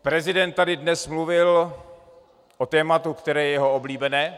Prezident tady dnes mluvil o tématu, které je jeho oblíbené.